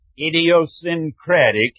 idiosyncratic